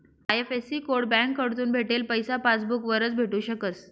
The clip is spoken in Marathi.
आय.एफ.एस.सी कोड बँककडथून भेटेल पैसा पासबूक वरच भेटू शकस